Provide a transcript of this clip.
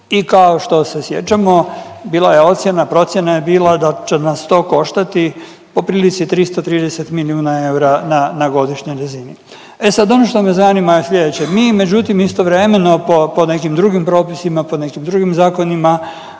i kao što se sjećamo bila je ocjena, procjena je bila da će nas to koštati poprilici 330 milijuna eura na godišnjoj razini. E sad ono što me zanima je sljedeće, mi međutim istovremeno po nekim drugim propisima, po nekim drugim zakonima